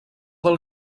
del